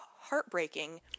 heartbreaking